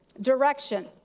direction